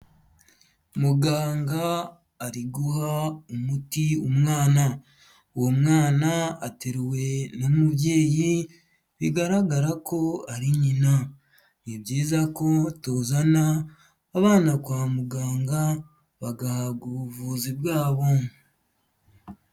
Muganga ari guha umuti umwana, uwo mwana ateruwe n'umubyeyi bigaragara ko ari nyina, ni byiza ko tuzana abana kwa muganga bagahabwa ubuvuzi bwabo.